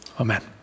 Amen